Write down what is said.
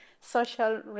social